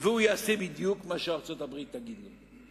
ויעשה בדיוק מה שארצות-הברית תגיד לו.